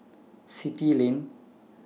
Still Lane